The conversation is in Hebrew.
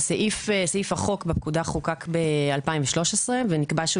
סעיף החוק בפקודה חוקק ב-2013 ונקבע שהוא